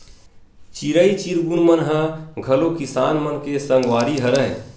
चिरई चिरगुन मन ह घलो किसान मन के संगवारी हरय